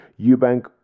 Eubank